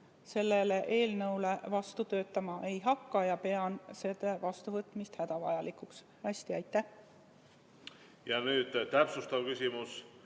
sellele eelnõule vastu töötama ei hakka ja pean selle vastuvõtmist hädavajalikuks. Nüüd täpsustav küsimus.